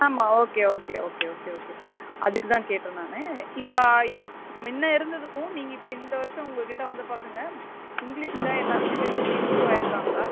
ஆமாம் okay okay okay okay okay அதுக்கு தான் கேட்டேன் நான் இப்போ இப் முன்ன இருந்ததுக்கும் நீங்கள் இப்போ இந்த வருஷம் உங்ககிட்ட வந்த பசங்க இங்கிலிஷில் எல்லாத்துலையுமே கொஞ்சம் இம்ப்ரூவ் ஆயிருக்காங்களா